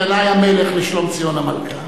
ינאי המלך לשלומציון המלכה,